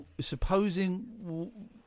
supposing